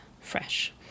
fresh